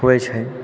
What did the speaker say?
होइ छै